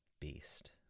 beast